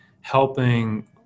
helping